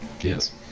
yes